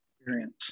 experience